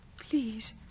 Please